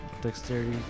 dexterity